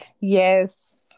yes